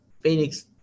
Phoenix